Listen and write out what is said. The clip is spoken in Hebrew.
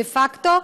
דה פקטו,